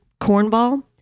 cornball